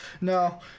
No